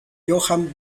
johann